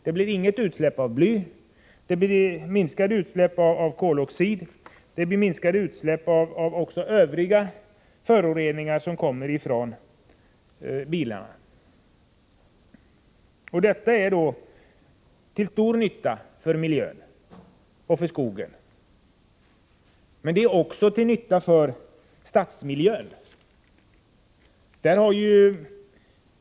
Det blir inga utsläpp av bly, det blir minskade utsläpp av koloxid, och det blir minskade utsläpp även av Övriga föroreningar som kommer från bilarna. Allt detta är till stor nytta för miljön och för skogen, men det är också till nytta för stadsmiljön.